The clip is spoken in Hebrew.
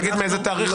תגיד רק מאיזה תאריך.